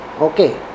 okay